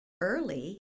early